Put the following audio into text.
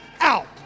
out